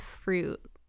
fruit